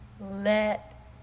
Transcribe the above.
Let